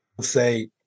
say